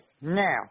Now